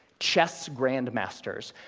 chess grand masters.